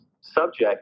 subject